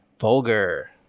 vulgar